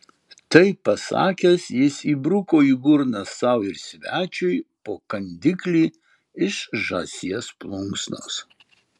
tai pasakęs jis įbruko į burną sau ir svečiui po kandiklį iš žąsies plunksnos